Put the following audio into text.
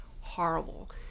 horrible